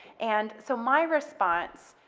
and so my response,